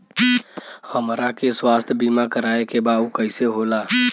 हमरा के स्वास्थ्य बीमा कराए के बा उ कईसे होला?